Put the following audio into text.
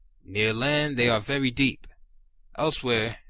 near land they are very deep elsewhere,